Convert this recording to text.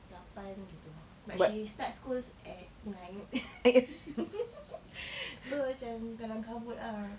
lapan gitu but she starts school at nine so macam kelam-kabut ah